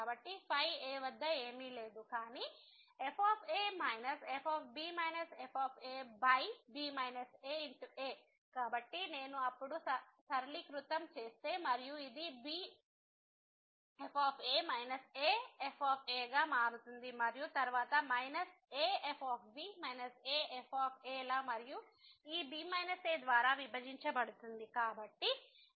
కాబట్టి a వద్ద ఏమీ లేదు కానీ fa fb f ab aa కాబట్టి నేను అప్పుడు సరళీకృతం చేస్తే మరియు ఇది b f a a f గా మారుతుంది మరియు తరువాత minus a f b a f లా మరియు ఈ b a ద్వారా విభజించబడుతుంది